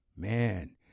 Man